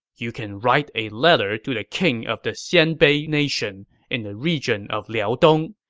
you can write a letter to the king of the xianbei nation in the region of liaodong.